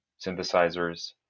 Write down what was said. synthesizers